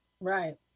Right